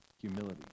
humility